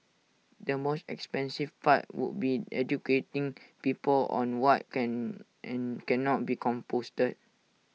the most expensive part would be educating people on what can and cannot be composted